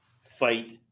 fight